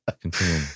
Continue